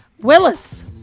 Willis